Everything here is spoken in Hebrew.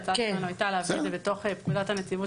ההצעה שלנו היתה להביא את זה לתוך פקודת הנציבות